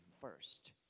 first